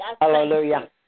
Hallelujah